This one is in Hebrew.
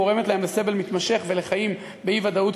גורמות להם לסבל מתמשך ולחיים באי-ודאות,